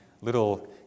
little